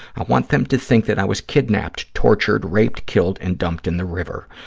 i want them to think that i was kidnapped, tortured, raped, killed and dumped in the river.